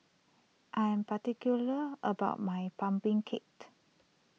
I am particular about my Pumpkin cate